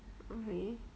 okay